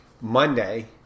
Monday